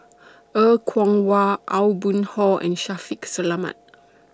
Er Kwong Wah Aw Boon Haw and Shaffiq Selamat